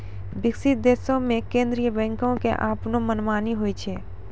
विकसित देशो मे केन्द्रीय बैंको के अपनो मनमानी होय छै